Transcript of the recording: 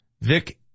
Vic